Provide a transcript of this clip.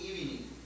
evening